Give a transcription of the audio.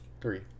three